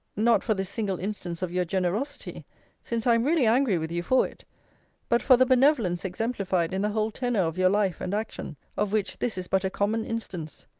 not for this single instance of your generosity since i am really angry with you for it but for the benevolence exemplified in the whole tenor of your life and action of which this is but a common instance.